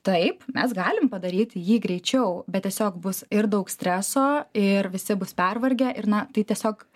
taip mes galim padaryti jį greičiau bet tiesiog bus ir daug streso ir visi bus pervargę ir na tai tiesiog